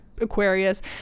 Aquarius